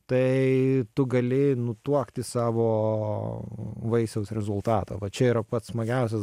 tai tu gali nutuokti savo vaisiaus rezultatą va čia yra pats smagiausias